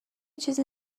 چیزی